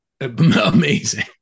amazing